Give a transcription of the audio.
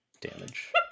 damage